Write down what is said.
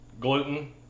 Gluten